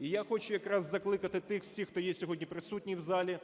І я хочу якраз закликати тих всіх, хто є сьогодні присутній в залі,